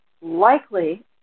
likely